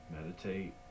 Meditate